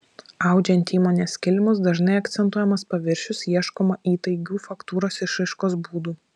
audžiant įmonės kilimus dažnai akcentuojamas paviršius ieškoma įtaigių faktūros išraiškos būdų